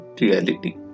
reality